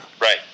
right